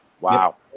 Wow